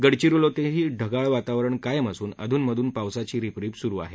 गडचिरोलीतही ढगाळवातावरण कायम असून अधुन मधून पावसाची रिपरिप सुरु आहे